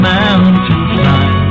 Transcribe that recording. mountainside